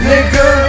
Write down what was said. Nigga